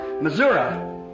Missouri